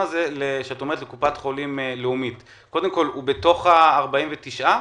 לקופת חולים לאומית נמנה בתוך 49 הרישיונות?